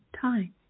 time